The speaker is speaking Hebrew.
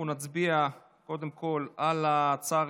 אנחנו נצביע קודם כול על ההצעה הראשונה,